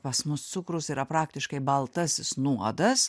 pas mus cukrus yra praktiškai baltasis nuodas